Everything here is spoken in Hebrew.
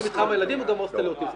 חלק ממתחם הילדים הוא גם הוסטל לאוטיסטים.